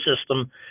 system